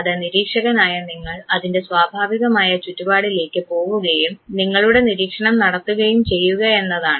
അത് നിരീക്ഷകനായ നിങ്ങൾ അതിൻറെ സ്വാഭാവികമായ ചുറ്റുപാടിലേക്ക് പോവുകയും നിങ്ങളുടെ നിരീക്ഷണം നടത്തുകയും ചെയ്യുകയെന്നതാണ്